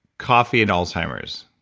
coffee and alzheimer's,